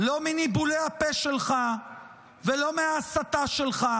לא מניבולי הפה שלך ולא מההסתה שלך,